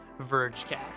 VergeCast